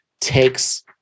takes